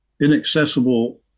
inaccessible